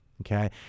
okay